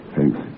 Thanks